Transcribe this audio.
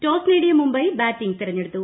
toss നേടിയ Mumbai batting തെരഞ്ഞെടുത്തു